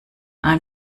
ein